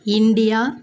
India